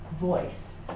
voice